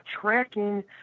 tracking